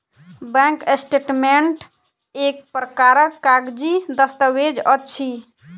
bank statement एक प्रकारक कागजी दस्तावेज अछि